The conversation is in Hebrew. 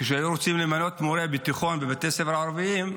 כשהיו רוצים למנות מורה בתיכון בבתי ספר ערביים,